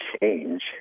change